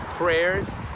prayers